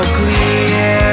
clear